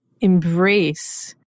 embrace